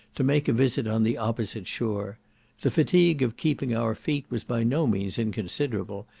to make a visit on the opposite shore the fatigue of keeping our feet was by no means inconsiderable,